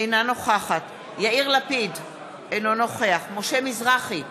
אינה נוכחת יאיר לפיד, אינו נוכח משה מזרחי,